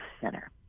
Center